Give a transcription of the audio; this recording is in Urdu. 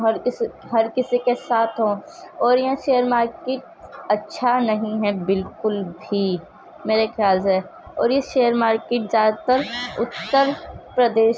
ہر کسی کے ساتھ ہو اور یہاں شیئر مارکیٹ اچّھا نہیں ہے بالکل بھی میرے خیال سے اور یہ شیئر مارکیٹ زیادہ تر اُتّر پردیش